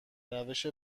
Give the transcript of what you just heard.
روش